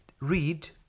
read